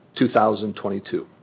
2022